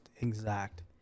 exact